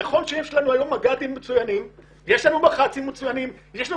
נכון שיש לנו היום מג"דים מצוינים ומח"טים מצוינים ויש גם